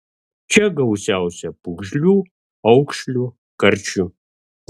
čia gausiausia pūgžlių aukšlių karšių